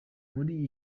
muri